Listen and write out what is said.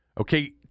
Okay